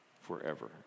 forever